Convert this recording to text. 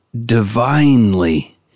divinely